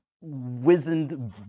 wizened